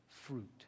fruit